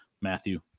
Matthew